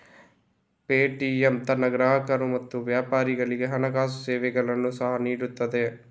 Paytm ತನ್ನ ಗ್ರಾಹಕರು ಮತ್ತು ವ್ಯಾಪಾರಿಗಳಿಗೆ ಹಣಕಾಸು ಸೇವೆಗಳನ್ನು ಸಹ ನೀಡುತ್ತದೆ